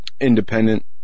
independent